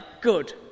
good